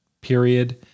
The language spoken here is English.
period